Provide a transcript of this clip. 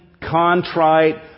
contrite